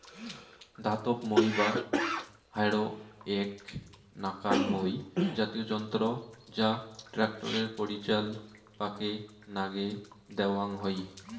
ধাতব মই বা হ্যারো এ্যাক নাকান মই জাতীয় যন্ত্র যা ট্যাক্টরের পাচিলাপাকে নাগে দ্যাওয়াং হই